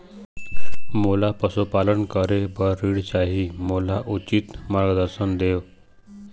मोला पशुपालन करे बर ऋण चाही, मोला उचित मार्गदर्शन देव?